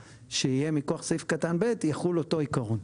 שיהיה מכוח סעיף קטן (ב) יחול אותו עיקרון.